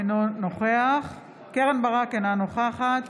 אינו נוכח קרן ברק, אינה נוכחת